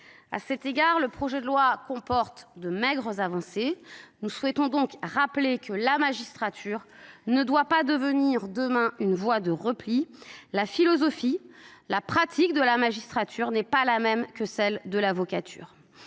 À cet égard, le texte comporte de maigres avancées. Nous souhaitons donc rappeler que la magistrature ne doit pas devenir demain une voie de repli. La philosophie et la pratique de la magistrature ne sont pas les mêmes que celles de l'avocature.